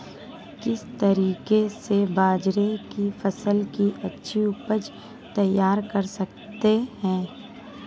किस तरीके से बाजरे की फसल की अच्छी उपज तैयार कर सकते हैं?